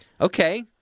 Okay